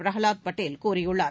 பிரகலாத் படேல் கூறியுள்ளார்